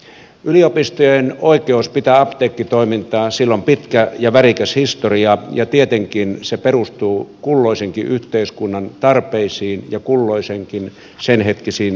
yliopistojen oikeudella pitää apteekkitoimintaa on pitkä ja värikäs historia ja tietenkin se perustuu kulloisenkin yhteiskunnan tarpeisiin ja senhetkisiin olosuhteisiin